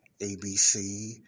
ABC